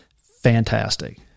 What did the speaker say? fantastic